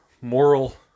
moral